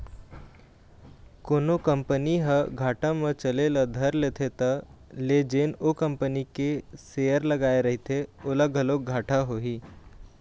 कोनो कंपनी ह घाटा म चले ल धर लेथे त ले जेन ओ कंपनी के सेयर लगाए रहिथे ओला घलोक घाटा होही